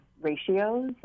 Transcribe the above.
ratios